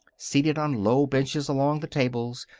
seated on low benches along the tables,